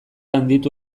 handitu